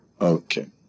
Okay